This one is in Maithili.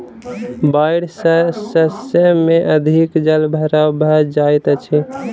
बाइढ़ सॅ शस्य में अधिक जल भराव भ जाइत अछि